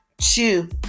Chew